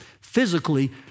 physically